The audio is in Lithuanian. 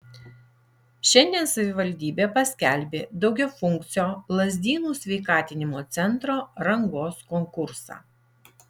šiandien savivaldybė paskelbė daugiafunkcio lazdynų sveikatinimo centro rangos konkursą